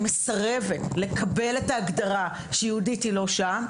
אני מסרבת לקבל את ההגדרה שיהודית היא לא ---,